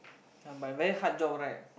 come by but very hard job right